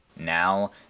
now